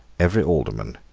every alderman,